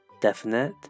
definite